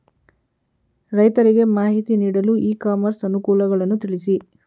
ರೈತರಿಗೆ ಮಾಹಿತಿ ನೀಡಲು ಇ ಕಾಮರ್ಸ್ ಅನುಕೂಲಗಳನ್ನು ತಿಳಿಸಿ?